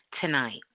tonight